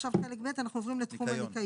עכשיו חלק ב', אנחנו עוברים לתחום הניקיון.